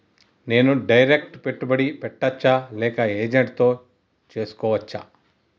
నేను డైరెక్ట్ పెట్టుబడి పెట్టచ్చా లేక ఏజెంట్ తో చేస్కోవచ్చా?